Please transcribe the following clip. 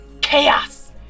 Chaos